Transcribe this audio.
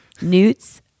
Newts